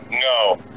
No